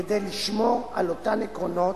כדי לשמור על אותם עקרונות,